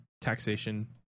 taxation